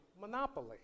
monopoly